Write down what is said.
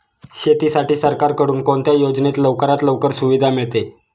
शेतीसाठी सरकारकडून कोणत्या योजनेत लवकरात लवकर सुविधा मिळते?